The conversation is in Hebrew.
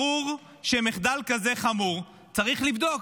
ברור שמחדל כזה חמור צריך לבדוק?